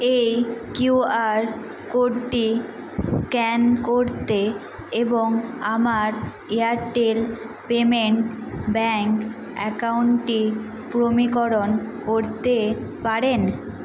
এই কিউআর কোডটি স্ক্যান করতে এবং আমার এয়ারটেল পেমেন্ট ব্যাঙ্ক অ্যাকাউন্টটি প্রমীকরণ করতে পারেন